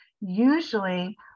usually